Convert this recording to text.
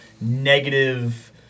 negative